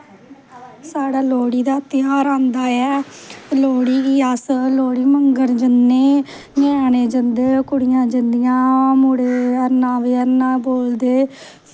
साढ़ै लोह्ड़ी दा ध्याह्र आंदा ऐ लोह्ड़ी गी अस लोह्ड़ी मंगन जन्ने ञ्याणे जंदे कुड़ियां जंदियां मुड़े हरणा वे हरणा वे बोलदे